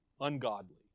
ungodly